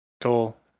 cool